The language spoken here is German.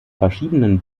verschiedenen